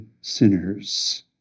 sinners